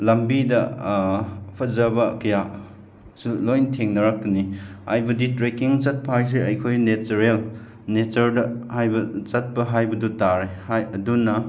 ꯂꯝꯕꯤꯗ ꯐꯖꯕ ꯀꯌꯥꯁꯨ ꯂꯣꯏꯅ ꯊꯦꯡꯅꯔꯛꯀꯅꯤ ꯍꯥꯏꯕꯗꯤ ꯇ꯭ꯔꯦꯀꯤꯡ ꯆꯠꯄ ꯍꯥꯏꯁꯦ ꯑꯩꯈꯣꯏ ꯅꯦꯆꯔꯦꯜ ꯅꯦꯆꯔꯗ ꯍꯥꯏꯕ ꯆꯠꯄ ꯍꯥꯏꯕꯗꯨ ꯇꯥꯔꯦ ꯍꯥꯏ ꯑꯗꯨꯅ